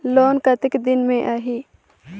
Loan कतेक दिन मे आही?